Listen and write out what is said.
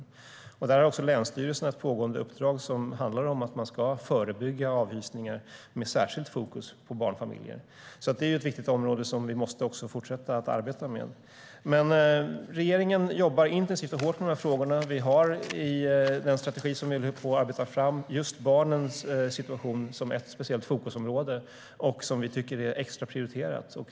Länsstyrelserna har också ett pågående uppdrag som handlar om att man ska förebygga avhysningar med särskilt fokus på barnfamiljer. Det är ett viktigt område som vi måste fortsätta arbeta med. Regeringen jobbar intensivt och hårt med de här frågorna. I den strategi som vi håller på att arbeta fram har vi just barnens situation som ett speciellt fokusområde, som vi tycker är extra prioriterat.